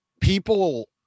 people